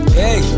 hey